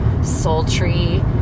sultry